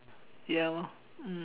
ya lor mm